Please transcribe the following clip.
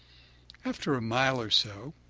after a mile or so,